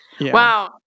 Wow